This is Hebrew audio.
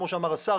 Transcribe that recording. כמו שאמר השר,